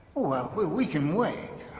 well, we can wait.